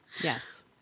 Yes